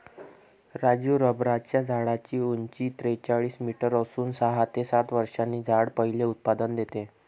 राजू रबराच्या झाडाची उंची त्रेचाळीस मीटर असून सहा ते सात वर्षांनी झाड पहिले उत्पादन देते